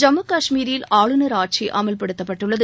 ஜம்மு கஷ்மீரில் ஆளுநர் ஆட்சி அமல்படுத்தப்பட்டுள்ளது